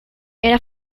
era